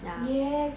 ya